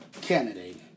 candidate